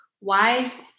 Wise